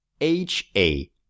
H-A